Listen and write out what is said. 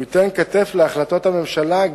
הוא ייתן כתף להחלטות הממשלה,